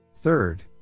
third